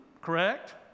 correct